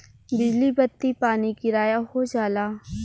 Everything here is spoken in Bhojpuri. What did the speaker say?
बिजली बत्ती पानी किराया हो जाला